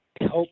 help